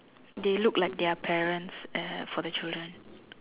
they look like their parents uh for the children